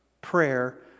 Prayer